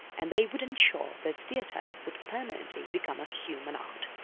and they would ensure that theatre would permanently become a human art.